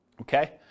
Okay